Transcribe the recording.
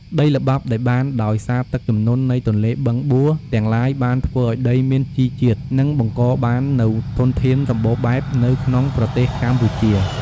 ដីល្បាប់ដែលបានដោយសារទឹកជំនន់ នៃទន្លេបឹងបួរទាំងឡាយបានធ្វើឱ្យដីមានជីជាតិ និងបង្កបាននូវធនធានសម្បូរបែបនៅក្នុងប្រទេសកម្ពុជា។